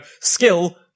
skill